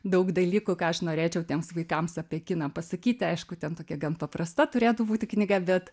daug dalykų ką aš norėčiau tiems vaikams apie kiną pasakyti aišku ten tokia gan paprasta turėtų būti knyga bet